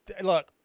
Look